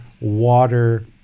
water